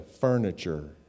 furniture